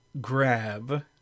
grab